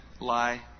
lie